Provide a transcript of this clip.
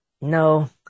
No